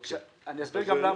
אני אסביר גם למה.